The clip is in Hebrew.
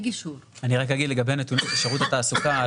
אני רק אגיד לגבי הנתונים של שירות התעסוקה,